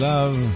Love